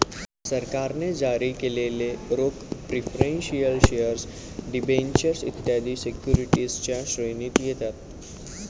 सरकारने जारी केलेले रोखे प्रिफरेंशियल शेअर डिबेंचर्स इत्यादी सिक्युरिटीजच्या श्रेणीत येतात